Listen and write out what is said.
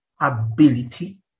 ability